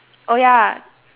oh ya